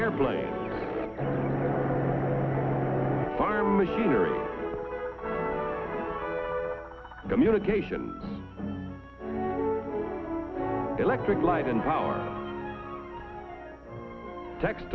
airplane farm machinery communication electric light and power text